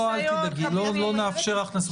אל תדאגי, לא נאפשר הכנסת עזים.